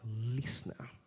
Listener